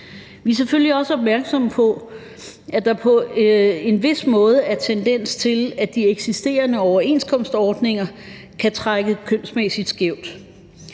Vi er selvfølgelig også opmærksomme på, at der på en vis måde er tendens til, at de eksisterende overenskomstordninger kan trække kønsmæssigt skævt.